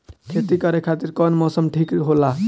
खेती करे खातिर कौन मौसम ठीक होला?